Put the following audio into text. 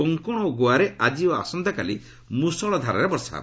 କୋଙ୍କଣ ଓ ଗୋଆରେ ଆଜି ଓ ଆସନ୍ତାକାଲି ମୃଷଳଧାରାରେ ବର୍ଷା ହେବ